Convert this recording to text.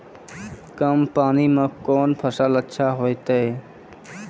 कम पानी म कोन फसल अच्छाहोय छै?